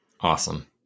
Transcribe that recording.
Awesome